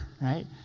right